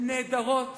הן נהדרות.